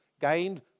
gained